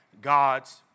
God's